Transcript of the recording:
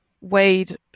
weighed